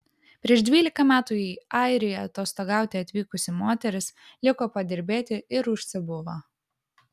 prieš dvylika metų į airiją atostogauti atvykusi moteris liko padirbėti ir užsibuvo